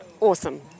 Awesome